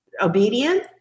obedient